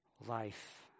life